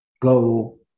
Go